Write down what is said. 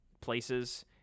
places